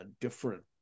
different